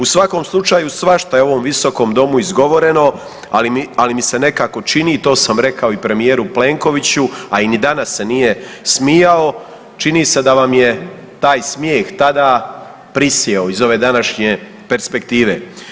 U svakom slučaju svašta je u ovom visokom domu izgovoreno, ali mi se nekako čini i to sam rekao i premijeru Plenkoviću, a i ni danas se nije smijao, čini se da vam je taj smijeh tada prisjeo iz ove današnje perspektive.